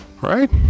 right